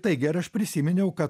taigi ir aš prisiminiau kad